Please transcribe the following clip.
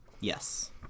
Yes